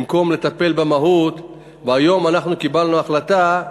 במקום לטפל במהות, והיום אנחנו קיבלנו החלטה,